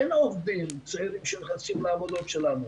אין עובדים צעירים שנכנסים לעבודות שלנו.